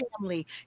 family